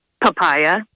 Papaya